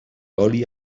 oli